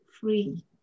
free